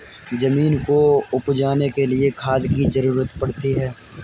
ज़मीन को उपजाने के लिए खाद की ज़रूरत पड़ती है